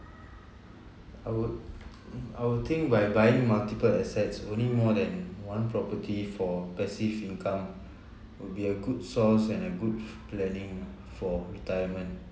I would I would think by buying multiple assets owning more than one property for passive income would be a good source and a good planning for retirement